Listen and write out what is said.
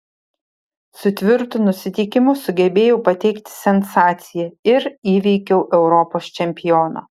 su tvirtu nusiteikimu sugebėjau pateikti sensaciją ir įveikiau europos čempioną